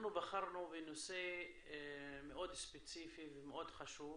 אנחנו בחרנו נושא מאוד ספציפי ומאוד חשוב,